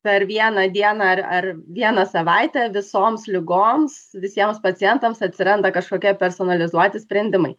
per vieną dieną ar ar vieną savaitę visoms ligoms visiems pacientams atsiranda kažkokie personalizuoti sprendimai